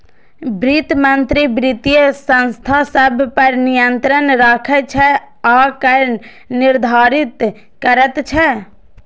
वित्त मंत्री वित्तीय संस्था सभ पर नियंत्रण राखै छै आ कर निर्धारित करैत छै